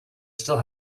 still